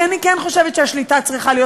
כי אני כן חושבת שהשליטה צריכה להיות